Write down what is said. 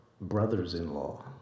brothers-in-law